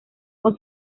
con